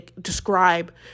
describe